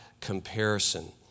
comparison